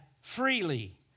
freely